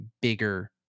bigger